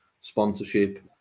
sponsorship